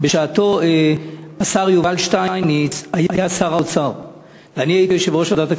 בשעתו השר יובל שטייניץ היה שר האוצר ואני הייתי יושב-ראש ועדת הכספים,